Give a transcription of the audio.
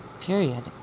period